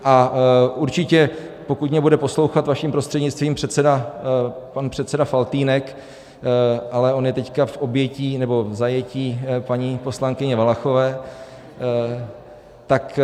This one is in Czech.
A určitě, pokud mě bude poslouchat, vaším prostřednictvím, předseda, pan předseda Faltýnek, ale on je teď v objetí nebo v zajetí paní poslankyně Valachové, tak...